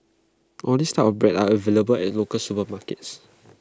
all these types of bread are available at local supermarkets